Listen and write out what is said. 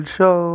Show